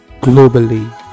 Globally